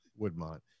Woodmont